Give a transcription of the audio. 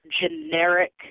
generic